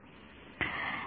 विद्यार्थीः एक आहे